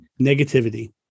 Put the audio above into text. Negativity